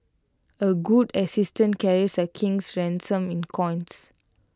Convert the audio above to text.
A good assistant carries A king's ransom in coins